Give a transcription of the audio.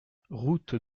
route